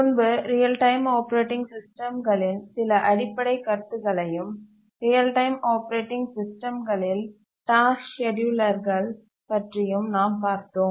முன்பு real time operating சிஸ்டம்களின் சில அடிப்படை கருத்துகளையும் ரியல் டைம் ஆப்பரேட்டிங் சிஸ்டம்களில் டாஸ்க் ஸ்கேட்யூலர்கள் பற்றியும் நாம் பார்த்தோம்